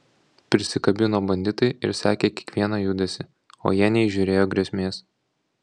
prisikabino banditai ir sekė kiekvieną judesį o jie neįžiūrėjo grėsmės